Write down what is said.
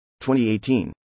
2018